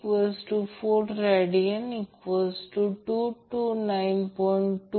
तर म्हणून Im sin ω t आता कॅपेसिटरमधील voltage VC V V VC